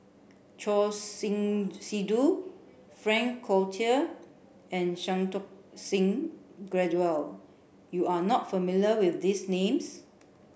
Choor Singh Sidhu Frank Cloutier and Santokh Singh Grewal you are not familiar with these names